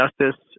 justice